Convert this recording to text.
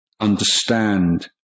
understand